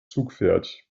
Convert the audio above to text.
zugpferd